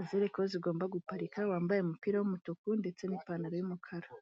azereko aho zigomba guparika, wambaye umupira w'umutuku ndetse n'ipantaro y'umukara.